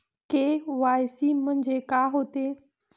KYC म्हंनजे का होते?